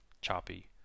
choppy